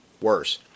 worse